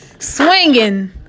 Swinging